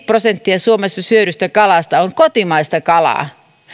prosenttia suomessa syödystä kalasta on kotimaista kalaa